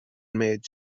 méid